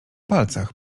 palcach